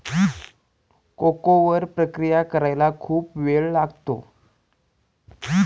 cocoa वर प्रक्रिया करायला खूप वेळ लागतो